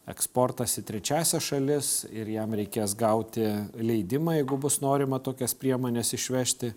eksportas į trečiąsias šalis ir jam reikės gauti leidimą jeigu bus norima tokias priemones išvežti